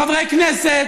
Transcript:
חברי כנסת,